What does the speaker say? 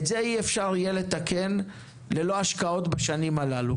את זה אי-אפשר יהיה לתקן ללא השקעות בשנים הללו.